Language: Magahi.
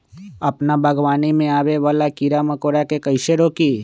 अपना बागवानी में आबे वाला किरा मकोरा के कईसे रोकी?